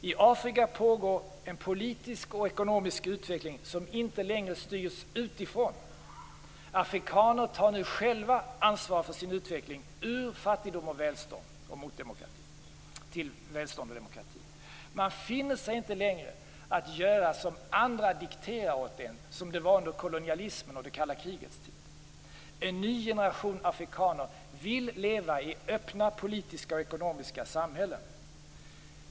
I Afrika pågår en politisk och ekonomisk utveckling som inte längre styrs utifrån. Afrikaner tar nu själva ansvar för sin utveckling ur fattigdom till välstånd och demokrati. Man finner sig inte längre i att göra som andra dikterar, som det var under kolonialismens och det kalla krigets tid. En ny generation afrikaner vill leva i öppna politiska och ekonomiska samhällen.